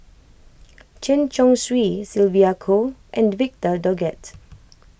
Chen Chong Swee Sylvia Kho and Victor Doggett